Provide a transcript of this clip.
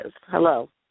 Hello